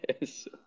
Yes